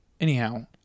anyhow